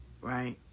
right